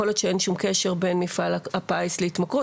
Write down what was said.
יכול להיות שאין שום קשר בין מפעל הפיס להתמכרות,